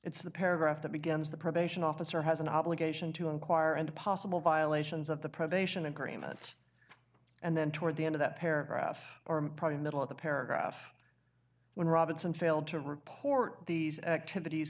it's the paragraph that begins the probation officer has an obligation to inquire into possible violations of the probation agreement and then toward the end of that paragraph or probably middle of the paragraph when robinson failed to report these activities